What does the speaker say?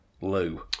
Lou